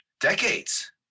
decades